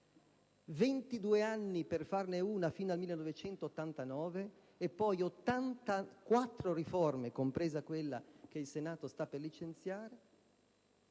anni per fare una riforma, fino al 1989, e poi 84 riforme, compresa quella che il Senato sta per licenziare,